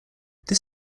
this